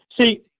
see